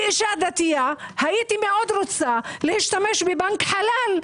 כאשה דתית הייתי רוצה מאוד להשתמש בבנק חלאל,